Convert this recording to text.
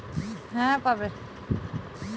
একজন ছোট চাষি কি শস্যবিমার পাওয়ার আছে?